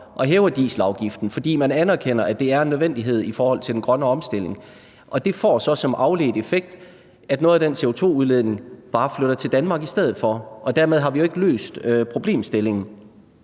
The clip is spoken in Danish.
og hæver dieselafgiften, fordi de anerkender, at det er nødvendigt for den grønne omstilling. Det får så som afledt effekt, at noget af den CO2-udledning bare flytter til Danmark i stedet for, og dermed har vi jo ikke løst problemstillingen.